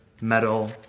metal